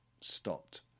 Stopped